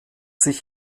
sich